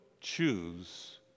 choose